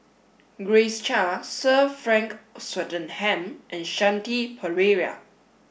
Grace Chia Sir Frank Swettenham and Shanti Pereira